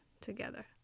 together